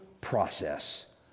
process